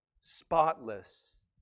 spotless